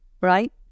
right